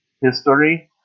history